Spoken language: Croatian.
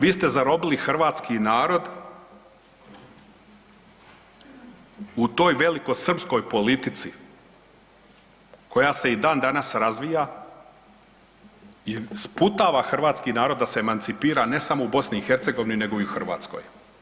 Vi ste zarobili Hrvatski narod u toj velikosrpskoj politici koja se i dan danas razvija i sputava Hrvatski narod da se emancipira ne samo u Bosni i Hercegovini nego i u Hrvatskoj.